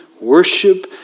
worship